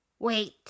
Wait